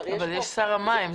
אבל יש שר מים.